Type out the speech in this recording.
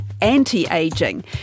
anti-aging